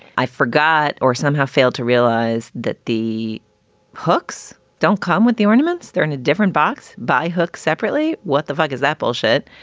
i forgot. or somehow failed to realize that the hooks don't come with the ornaments they're in a different box by hooks separately. what the fuck is apple shit?